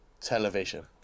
television